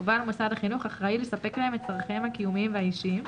ובעל מוסד החינוך אחראי לספק להם את צרכיהם הקיומיים והאישיים,